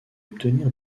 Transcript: obtenir